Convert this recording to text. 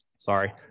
Sorry